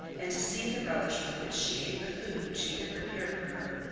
and to see the relish with which she ate the food which he had procured for her.